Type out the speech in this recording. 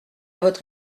votre